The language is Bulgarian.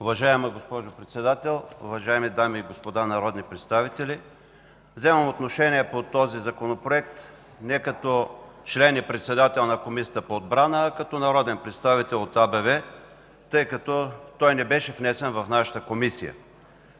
Уважаема госпожо Председател, уважаеми дами и господа народни представители! Вземам отношение по този Законопроект не като член и председател на Комисията по отбрана, а като народен представител от АБВ, тъй като той не беше внесен в нашата комисия.